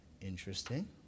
Interesting